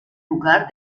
lugar